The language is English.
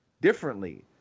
differently